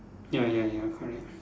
ya ya ya correct